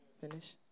Finish